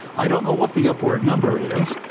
i don't know what the upward number is,